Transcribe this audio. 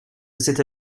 c’est